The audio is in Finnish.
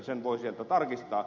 sen voi sieltä tarkistaa